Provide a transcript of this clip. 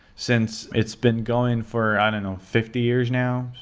since it's been going for, i don't know, fifty years now,